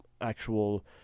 actual